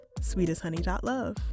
SweetestHoney.love